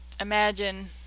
imagine